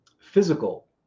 physical